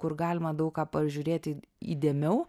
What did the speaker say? kur galima daug ką pažiūrėti įdėmiau